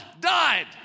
died